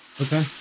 Okay